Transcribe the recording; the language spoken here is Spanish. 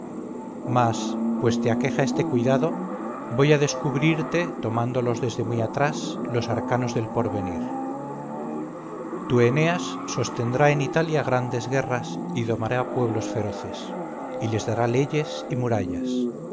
mas pues te aqueja este cuidado voy a descubrirte tomándolos desde muy atrás los arcanos del porvenir tu eneas sostendrá en italia grandes guerras y domará pueblos feroces y les dará leyes y murallas